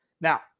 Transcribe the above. Now